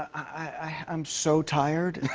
i'm so tired.